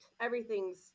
everything's